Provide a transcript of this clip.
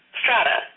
strata